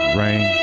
rain